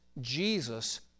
Jesus